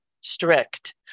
strict